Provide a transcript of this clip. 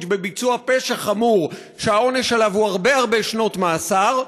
בביצוע פשע חמור שהעונש עליו הוא הרבה הרבה שנות מאסר.